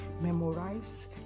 Memorize